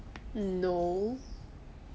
no